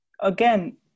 Again